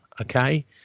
okay